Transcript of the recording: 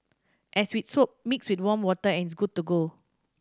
as with soap mix with warm water and it's good to go